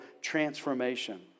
transformation